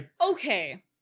Okay